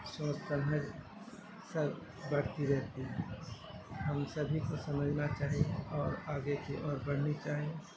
سوچ سمجھ سب بڑھتی رہتی ہے ہم سبھی کو سمجھنا چاہیے اور آگے کی اور بڑھنی چاہیے